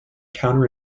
counter